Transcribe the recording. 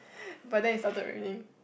but then it started raining